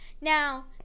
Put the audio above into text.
Now